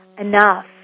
enough